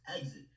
exit